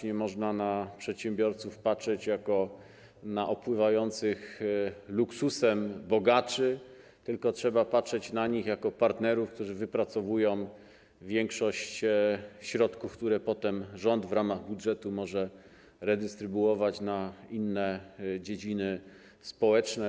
Nie można na przedsiębiorców patrzeć jako na opływających w luksusy bogaczy, tylko trzeba patrzeć na nich jak na partnerów, którzy wypracowują większość środków, które potem rząd w ramach budżetu może redystrybuować na inne dziedziny społeczne.